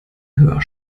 höher